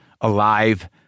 alive